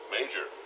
Major